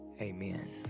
amen